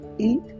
Eat